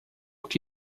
que